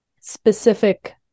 specific